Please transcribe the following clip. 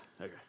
Okay